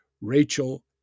Rachel